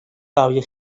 برای